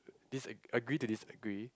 dis a agree to disagree